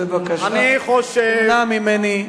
בבקשה, תמנע ממני.